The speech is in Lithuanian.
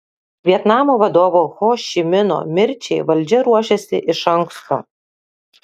vietnamo vadovo ho ši mino mirčiai valdžia ruošėsi iš anksto